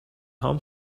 هام